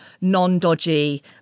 non-dodgy